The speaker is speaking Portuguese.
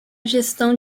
gestão